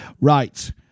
Right